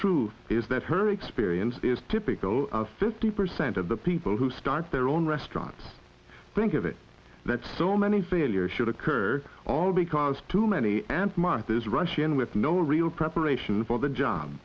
truth is that her experience is typical fifty percent of the people who start their own restaurants think of it that so many failure should occur all because too many and my peers rush in with no real preparation for the job